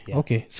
okay